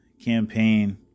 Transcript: campaign